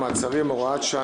מעצרים) (הוראת שעה,